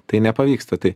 tai nepavyksta tai